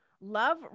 love